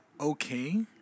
okay